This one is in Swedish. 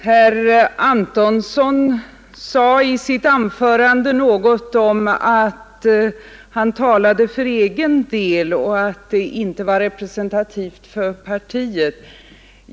Herr talman! Herr Antonsson sade i sitt anförande något om att han talade för egen del och att det inte var representativt för partiet.